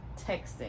texting